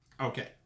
Okay